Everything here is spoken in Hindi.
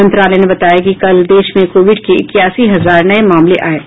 मंत्रालय ने बताया कि कल देश में कोविड के इक्यासी हजार नये मामले आए हैं